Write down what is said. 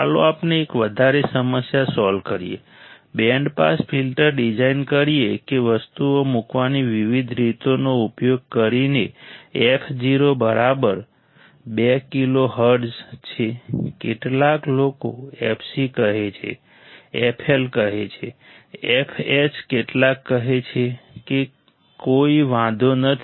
ચાલો આપણે એક વધારે સમસ્યા સોલ્વ કરીએ બેન્ડ પાસ ફિલ્ટર ડિઝાઇન કરીએ કે વસ્તુઓ મૂકવાની વિવિધ રીતોનો ઉપયોગ કરીને fo બરાબર 2 કિલો હર્ટ્ઝ છે કેટલાક લોકો fc કહે છે fL કહે છે fH કેટલાક કહે છે કે કોઈ વાંધો નથી